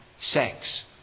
sex